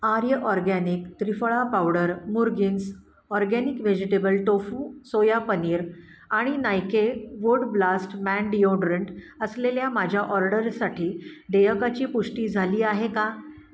आर्य organic triphala powder मुर्गिन्स organic vegetable tofu soya paneer आणि Nike wood blast man deodorant असलेल्या माझ्या ऑर्डरसाठी देयकाची पुष्टी झाली आहे का